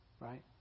Right